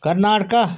Karnataka